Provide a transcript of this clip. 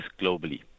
globally